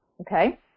Okay